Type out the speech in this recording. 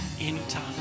anytime